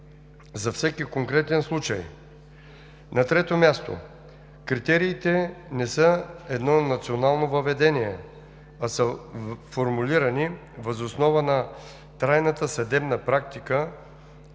за всеки конкретен случай. На трето място, критериите не са едно национално въведение, а са формулирани въз основа на трайната съдебна практика